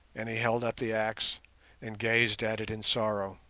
and he held up the axe and gazed at it in sorrow.